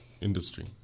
industry